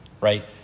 Right